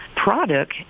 product